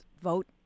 vote